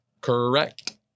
Correct